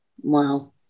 Wow